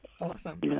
Awesome